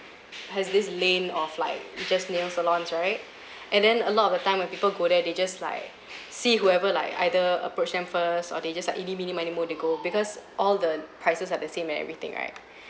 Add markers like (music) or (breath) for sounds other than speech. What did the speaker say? has this lane of like just nail salons right (breath) and then a lot of the time when people go there they just like (breath) see whoever like either approach them first or they just like eeny meeny miny moe they o go because all the prices are the same and everything right (breath)